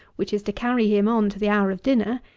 which is to carry him on to the hour of dinner,